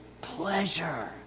pleasure